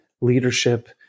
leadership